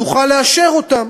תוכל לאשר אותם.